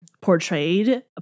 portrayed